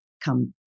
come